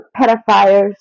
pedophiles